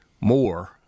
more